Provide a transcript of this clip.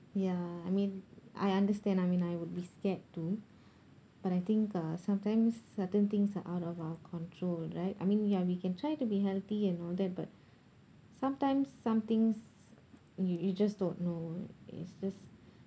ya I mean I understand I mean I would be scared too but I think uh sometimes certain things are out of our control right I mean ya we can try to be healthy and all that but sometimes some things you you just don't know it's just